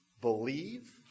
believe